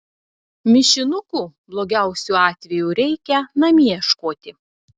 mišinukų blogiausiu atveju reikia namie ieškoti